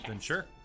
sure